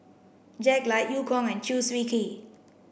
Jack Lai Eu Kong and Chew Swee Kee